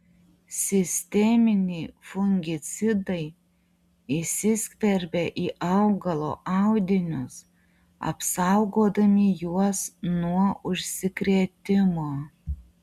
sisteminiai fungicidai įsiskverbia į augalo audinius apsaugodami juos nuo užsikrėtimo